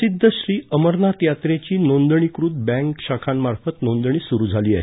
प्रसिद्ध श्री अमरनाथ यात्रेची नोंदणीकृत बँक शाखांमार्फत नोंदणी सुरू झाली आहे